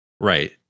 Right